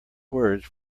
words